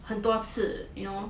很多次 you know